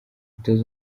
umutoza